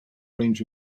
range